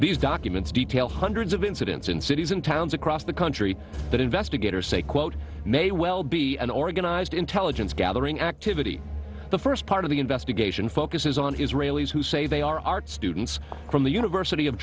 these documents detail hundreds of incidents in cities and towns across the country that investigators say quote may well be an organized intelligence gathering activity the first part of the investigation focuses on israelis who say they are art students from the university of